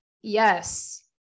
yes